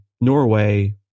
Norway